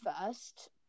first